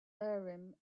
urim